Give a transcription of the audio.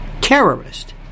terrorist